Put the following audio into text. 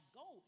go